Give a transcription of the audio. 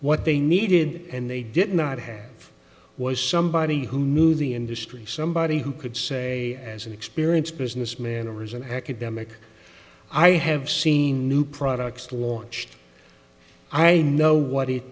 what they needed and they did not have was somebody who knew the industry somebody who could say as an experienced businessman or is an academic i have seen new products launched i know what it